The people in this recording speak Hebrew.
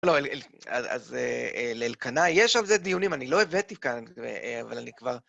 לא, לאל... אז לאלקנה, יש על זה דיונים. אני לא הבאתי כאן, אבל אני כבר...